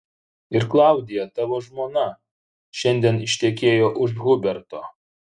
ir klaudija tavo žmona šiandien ištekėjo už huberto